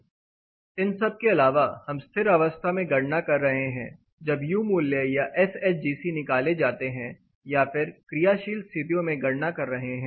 इन सबके अलावा हम स्थिर अवस्था में गणना कर रहे है जब यू मूल्य या एसएचजीसी निकाले जाते हैं या फिर क्रियाशील स्थितियों में गणना कर रहे हैं